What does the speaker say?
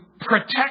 protect